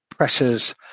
pressures